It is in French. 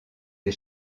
des